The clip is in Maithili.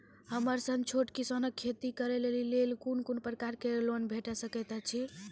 हमर सन छोट किसान कअ खेती करै लेली लेल कून कून प्रकारक लोन भेट सकैत अछि?